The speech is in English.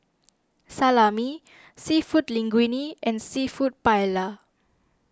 Salami Seafood Linguine and Seafood Paella